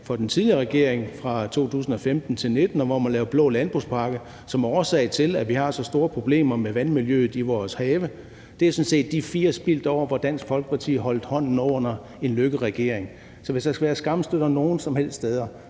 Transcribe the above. for en tidligere regering, i 2015-2019, hvor man lavede blå landbrugspakke, som er årsag til, at vi har så store problemer med vandmiljøet i vores have. Det er sådan set de fire spildte år, hvor Dansk Folkeparti holdt hånden under en Løkkeregering. Så hvis der skal være skamstøtter nogen som helst steder,